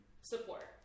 support